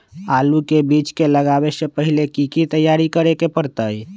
आलू के बीज के लगाबे से पहिले की की तैयारी करे के परतई?